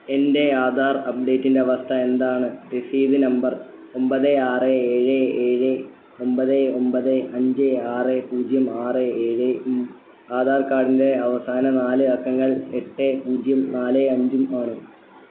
എൻ്റെ ആധാർ അപ്ഡേറ്റിൻ്റെ അവസ്ഥ എന്താണ് രസീത് നമ്പർ ഒമ്പത് ആറ് ഏഴ് ഏഴ് ഒമ്പത് ഒമ്പത് അഞ്ച് ആറ് പൂജ്യം ആറ് ഏഴും ആധാർ കാർഡിൻ്റെ അവസാന നാല് അക്കങ്ങൾ എട്ട് പൂജ്യം നാല് അഞ്ചും ആണ്